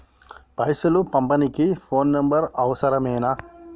పైసలు పంపనీకి phone number అవసరమేనా?